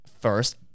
First